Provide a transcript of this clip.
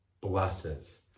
blesses